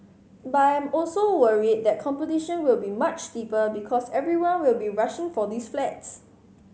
but I'm also worried that competition will be much steeper because everyone will be rushing for these flats